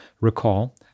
Recall